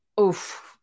Oof